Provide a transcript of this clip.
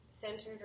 centered